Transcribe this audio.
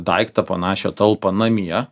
daiktą panašią talpą namie